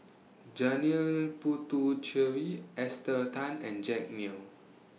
Janil Puthucheary Esther Tan and Jack Neo